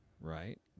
right